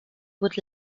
would